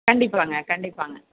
கண்டிப்பாகங்க கண்டிப்பாகங்க